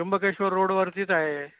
त्र्यंबकेश्वर रोडवरतीच आहे